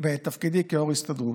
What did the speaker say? בתפקידי כיו"ר הסתדרות,